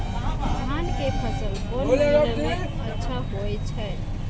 धान के फसल कोन महिना में अच्छा होय छै?